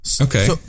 Okay